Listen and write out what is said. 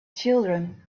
children